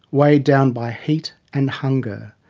weighed down by heat and hunger.